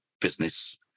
business